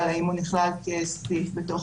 נכלל האם הוא נכלל כסעיף בתוך